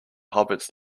hobbits